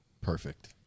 perfect